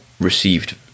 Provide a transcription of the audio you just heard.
received